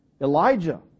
Elijah